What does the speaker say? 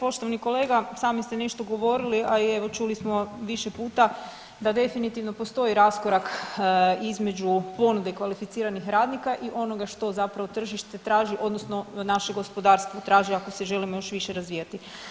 Poštovani kolega, i sami ste nešto govorili, a i evo čuli smo više puta da definitivno postoji raskorak između ponude kvalificiranih radnika i onoga što zapravo tržište traži odnosno naše gospodarstvo traži ako se želimo još više razvijati.